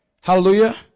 Hallelujah